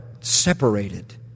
separated